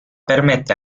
permette